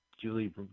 Julie